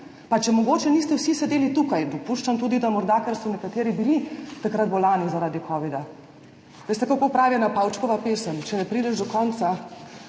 pa če mogoče niste vsi sedeli tukaj, dopuščam tudi, da so bili morda nekateri takrat bolni zaradi covida. Veste, kako pravi ena Pavčkova pesem? Če ne prideš do konca